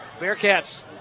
Bearcats